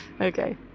okay